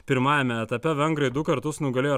pirmajame etape vengrai du kartus nugalėjo